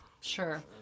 Sure